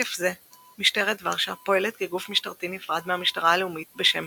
מתוקף זה משטרת ורשה פועלת כגוף משטרתי נפרד מהמשטרה הלאומית בשם